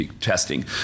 testing